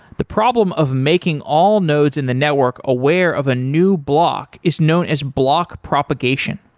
the problem of making all nodes in the network aware of a new block is known as block propagation.